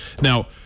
Now